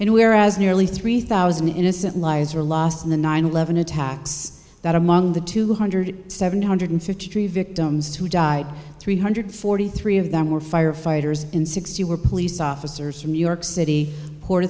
and whereas nearly three thousand innocent lives were lost in the nine eleven attacks that among the two hundred seven hundred fifty three victims who died three hundred forty three of them were firefighters in sixty were police officers from new york city port